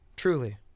Truly